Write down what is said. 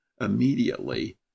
immediately